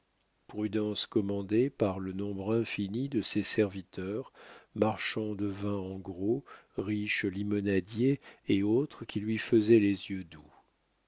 prudence commandée par le nombre infini de ses serviteurs marchands de vins en gros riches limonadiers et autres qui lui faisaient les yeux doux